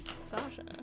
Sasha